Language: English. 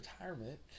retirement